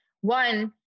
one